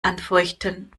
anfeuchten